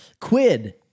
Quid